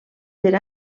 per